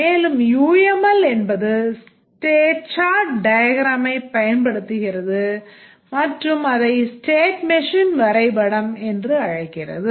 மேலும் UML என்பது state chart diagramமைப் பயன்படுத்துகிறது மற்றும் அதை state machine வரைபடம் என்று அழைக்கிறது